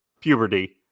puberty